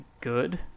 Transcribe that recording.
good